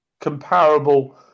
comparable